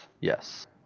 yes